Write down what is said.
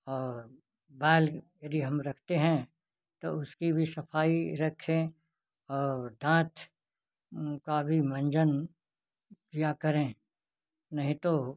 और बाल यदि हम रखते हैं तो उसकी भी सफ़ाई रखें और दांत का भी मंजन किया करें नहीं तो